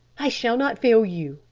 i shall not fail you,